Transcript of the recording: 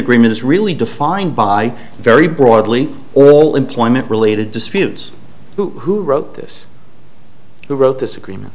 agreement is really defined by very broadly all employment related disputes who wrote this who wrote this agreement